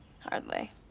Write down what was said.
Hardly